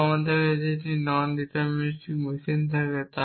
যদি আমার কাছে একটি নন ডিটারমিনিস্টিক মেশিন থাকে